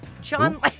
John